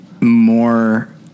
more